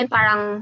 Parang